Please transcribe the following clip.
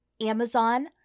Amazon